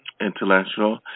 Intellectual